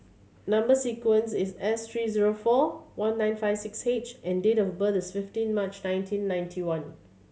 number sequence is S three zero four one nine five six H and date of birth is fifteen March nineteen ninety one